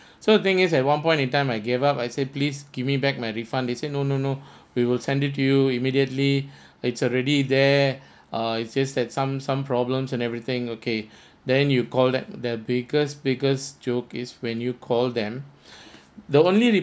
so thing is at one point in time I gave up I say please give me back my refund they say no no no we will send it to you immediately it's already there uh it's just that some some problems and everything okay then you call that the biggest biggest joke is when you call them the only